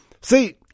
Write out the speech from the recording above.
See